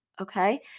okay